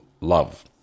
love